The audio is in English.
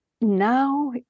now